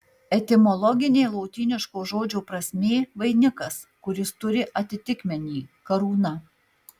etimologinė lotyniško žodžio prasmė vainikas kuris turi atitikmenį karūna